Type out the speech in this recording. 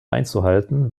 einzuhalten